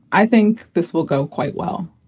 i think this will go quite well.